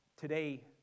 today